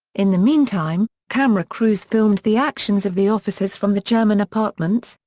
in the meantime, camera crews filmed the actions of the officers from the german apartments,